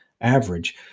average